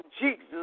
Jesus